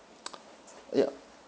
ya